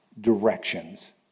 directions